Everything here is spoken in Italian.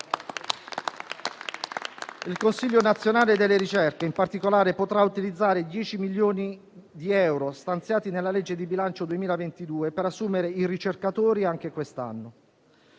Il Consiglio nazionale delle ricerche, in particolare, potrà utilizzare 10 milioni di euro stanziati nella legge di bilancio 2022 per assumere i ricercatori anche quest'anno.